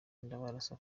ndabarasa